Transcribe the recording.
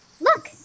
Look